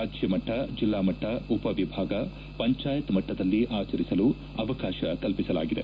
ರಾಜ್ಯಮಟ್ಟ ಜೆಲ್ಲಾ ಮಟ್ಟ ಉಪ ವಿಭಾಗ ಪಂಚಾಯತ್ ಮಟ್ಟದಲ್ಲಿ ಆಚರಿಸಲು ಅವಕಾಶ ಕಲ್ಪಿಸಲಾಗಿದೆ